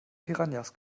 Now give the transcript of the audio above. piranhas